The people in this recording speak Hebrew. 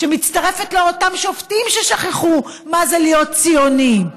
שמצטרפת לאותם שופטים ששכחו מה זה להיות ציונים.